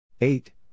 eight